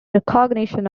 recognition